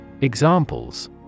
Examples